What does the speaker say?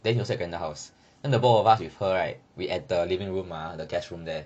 then he also at glenda's house then the both of us with her right we at the living room ah the guest room there